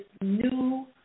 new